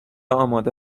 آماده